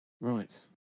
Right